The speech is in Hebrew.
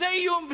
זה איום,